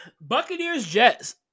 Buccaneers-Jets